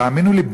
תאמינו לי,